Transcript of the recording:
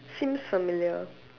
seems familiar